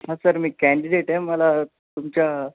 हा सर मी कँडिडेट आहे मला तुमच्या